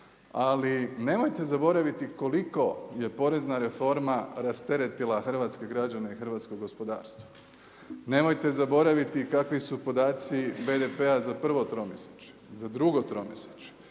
ali nemojte zaboraviti koliko je porezna reforma rasteretila hrvatske građane i hrvatsko gospodarstvo. Nemojte zaboraviti kakvi su podaci BDP-a za prvo tromjesečje, za drugo tromjesečje.